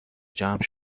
جمع